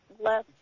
less